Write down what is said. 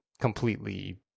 completely